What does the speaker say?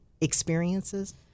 experiences